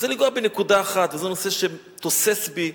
אני רוצה לגעת בנקודה אחת, וזה נושא שתוסס בי